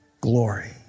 glory